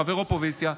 חבר אופוזיציה,